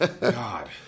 God